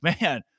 man